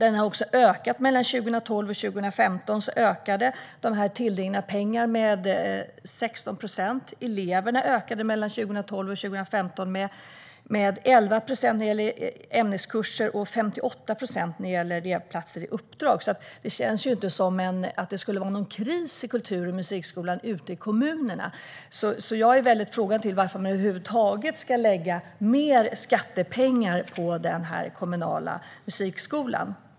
År 2012-2015 ökade tilldelningen av pengar med 16 procent. Eleverna ökade 2012-2015 med 11 procent för ämneskurser och 58 procent för elevplatser i uppdrag. Det känns inte som att det skulle vara någon kris i kultur och musikskolan ute i kommunerna. Jag är väldigt frågande till varför man över huvud taget ska lägga mer skattepengar på den kommunala musikskolan.